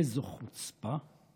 איזו חוצפה.